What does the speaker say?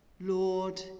Lord